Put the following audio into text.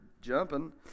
jumping